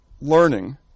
learning